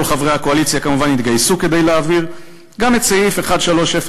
כל חברי הקואליציה כמובן התגייסו כדי להעביר גם את סעיף 130104,